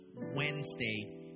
Wednesday